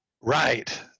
Right